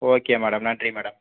okay madam நன்றி madam